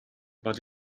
but